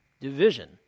division